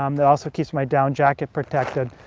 um that also keeps my down jacket protected.